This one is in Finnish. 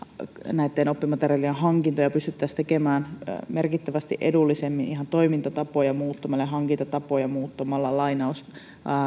näitten oppimateriaalien hankintoja pystyttäisiin tekemään merkittävästi edullisemmin ihan toimintatapoja muuttamalla ja hankintatapoja muuttamalla lainaustapoja